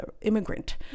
immigrant